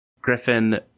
Griffin